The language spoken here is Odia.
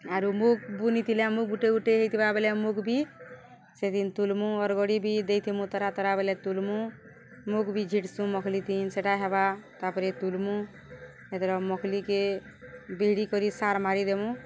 ଆରୁ ମୁଗ୍ ବୁନିଥିଲେ ମୁଗ୍ ଗୁଟେ ଗୁଟେ ହେଇଥିବା ବେଲେ ମୁଗ୍ ବି ସେଦିନ ତୁଲ୍ମୁ ଅର୍ଗଡ଼ି ବି ଦେଇଥିମୁ ତାର ତାରା ବଲେ ତୁଲ୍ମୁ ମୁଗ୍ ବି ଝିଟ୍ସୁଁ ମଖ୍ଲି ନ ସେଟା ହେବା ତା'ପରେ ତୁଲ୍ମୁ ଏଥିର ମଖ୍ଲିକେ ବିହିଡ଼ି କରି ସାର୍ ମାରିଦେମୁ